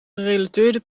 gerelateerde